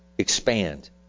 expand